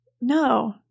No